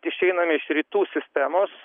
išeinam iš rytų sistemos